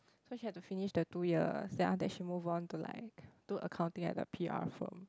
so she had to finish the two years then after that she move on to like do accounting at the p_r firm